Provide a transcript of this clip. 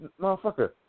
motherfucker